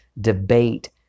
debate